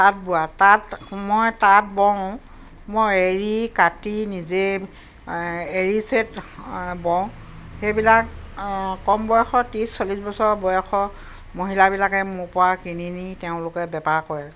তাঁত বোৱা তাঁত মই তাঁত বওঁ মই এৰী কাটি নিজে এৰী চেট বওঁ সেইবিলাক কম বয়স ত্ৰিছ চল্লিছ বছৰ বয়স মহিলাবিলাকে মোৰ পৰা কিনি নি তেওঁলোকে বেপাৰ কৰে